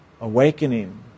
Awakening